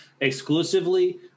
exclusively